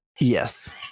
Yes